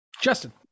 Justin